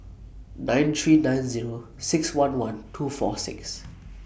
nine three nine Zero six one one two four six